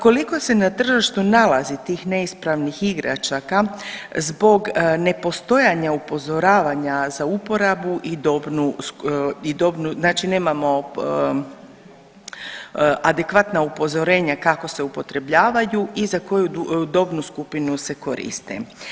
Koliko se na tržištu nalazi tih neispravnih igračaka zbog nepostojanja upozoravanja za uporabu i dobnu znači nemamo adekvatna upozorenja kako se upotrebljavaju i za koju dobnu skupinu se koriste.